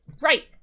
Right